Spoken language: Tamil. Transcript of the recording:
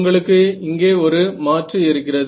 உங்களுக்கு இங்கே ஒரு மாற்று இருக்கிறது